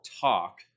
talk